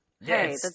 Yes